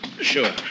Sure